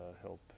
help